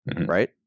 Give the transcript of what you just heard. Right